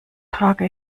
trage